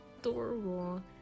adorable